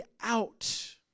out